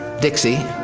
dixie,